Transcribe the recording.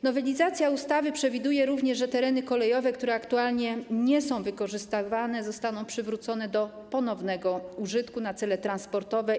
Nowelizacja ustawy przewiduje również, że tereny kolejowe, które aktualnie nie są wykorzystywane, zostaną przywrócone do ponownego użytku na cele transportowe.